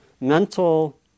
mental